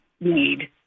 Need